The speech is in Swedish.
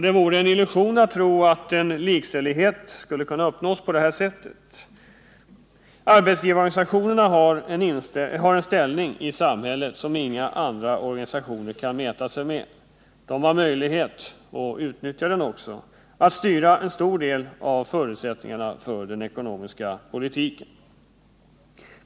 Det vore en illusion att tro att likställighet kan uppnås på detta sätt. Arbetsgivarorganisationerna har en ställning i samhället som gör att inga andra organisationer kan mäta sig med dem. Arbetsgivarorganisationerna har möjlighet — och utnyttjar den också — att styra en stor del av förutsättningarna för den ekonomiska politiken.